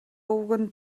өвгөн